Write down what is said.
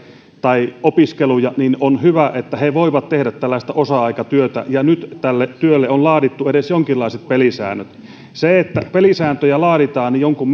tai opiskeluja niin on hyvä että he voivat tehdä tällaista osa aikatyötä ja nyt tälle työlle on laadittu edes jonkinlaiset pelisäännöt siitä että pelisääntöjä laaditaan jonkun